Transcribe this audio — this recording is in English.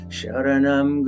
Sharanam